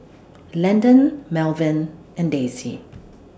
Landen Melvyn and Daisie